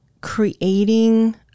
creating